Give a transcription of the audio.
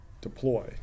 deploy